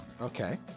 okay